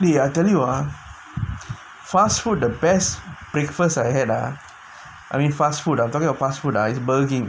dey I tell you ah fast food the best breakfast ahead I mean fast food ah is Burger King